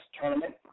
tournament